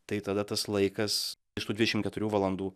tai tada tas laikas iš tų dvidešim keturių valandų